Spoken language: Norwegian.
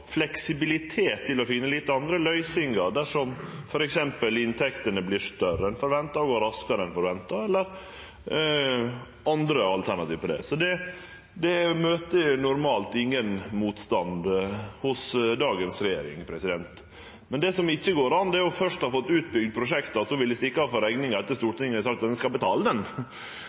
fleksibilitet til å finne litt andre løysingar dersom f.eks. inntektene vert større enn forventa, og det går raskare enn forventa – eller andre alternativ for det. Det møter normalt ingen motstand hos dagens regjering. Det som ikkje går an, er først å ha fått utbygd prosjekta og så ville stikke av frå rekninga etter at Stortinget har sagt at ein